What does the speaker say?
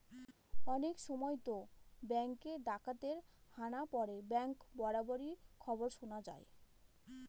অনেক সময়তো ব্যাঙ্কে ডাকাতের হানা পড়ে ব্যাঙ্ক রবারির খবর শোনা যায়